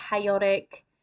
chaotic